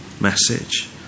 message